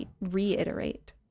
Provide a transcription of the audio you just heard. reiterate